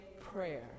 prayer